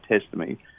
testimony